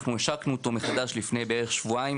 אנחנו השקנו אותו מחדש לפני בערך שבועיים